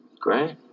Great